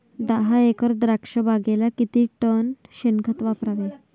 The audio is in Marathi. दहा एकर द्राक्षबागेला किती टन शेणखत वापरावे?